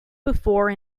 before